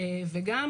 וגם